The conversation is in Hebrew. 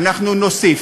אנחנו נוסיף.